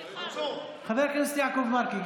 חבר הכנסת יעקב מרגי.